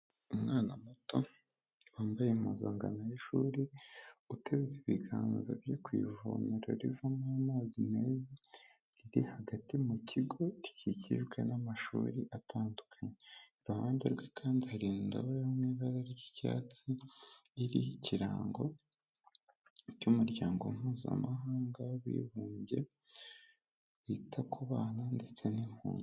Umwana muto wambaye impuzangano y'ishuri, uteze ibiganza byo ku ivomero rivamo amazi meza, riri hagati mu kigo gikikijwe n'amashuri atandukanye. Iruhande rwe kandi hari indobo iri mu ibara ry'icyatsi, hari n'ikirango cy'umuryango mpuzamahanga w'abibumbye, ryita ku bana ndetse n'impundu.